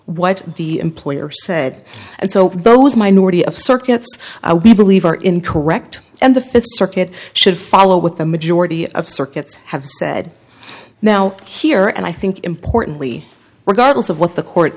what the employer said and so those minority of circuits we believe are in correct and the fifth circuit should follow with the majority of circuits have said now here and i think importantly we're gargles of what the court